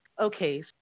okay